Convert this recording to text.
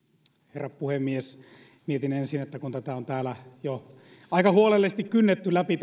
herra puhemies mietin ensin kun tämä esitys on täällä jo aika huolellisesti kynnetty läpi